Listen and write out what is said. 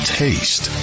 taste